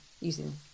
using